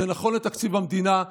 זה נכון לתקציב המדינה,